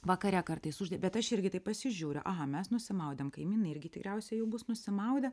vakare kartais bet aš irgi taip pasižiūriu aha mes nusimaudėm kaimynai irgi tikriausiai jau bus nusimaudę